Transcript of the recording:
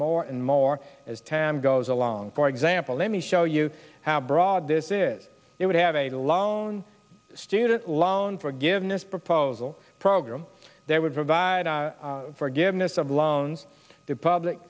more and more as time goes along for example let me show you how broad this is it would have a loan student loan forgiveness proposal program that would provide forgiveness of loans to public